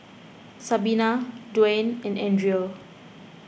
Sabina Duane and andrea